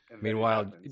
meanwhile